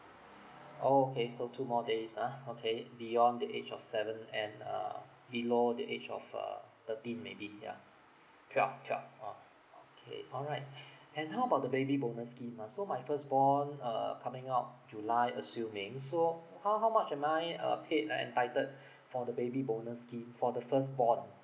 oh okay so two more days ah okay beyond the age of seven and uh below the age of uh thirteen maybe yeah twelve twelve ah okay alright and how about the baby boomer scheme ah so my firstborn uh coming out july assuming so how how much am I uh paid uh entitled for the baby bonus scheme for the firstborn